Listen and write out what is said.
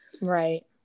right